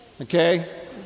Okay